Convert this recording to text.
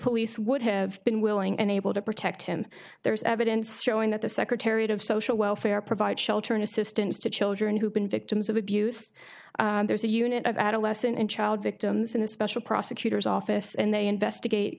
police would have been willing and able to protect him there is evidence showing that the secretary of social welfare provide shelter and assistance to children who've been victims of abuse there's a unit of adolescent and child victims in a special prosecutor's office and they investigate